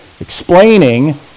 explaining